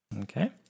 Okay